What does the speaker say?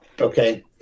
Okay